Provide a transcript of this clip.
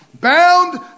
Bound